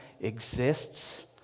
exists